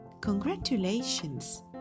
Congratulations